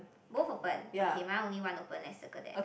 both open okay mine only one open leh circle that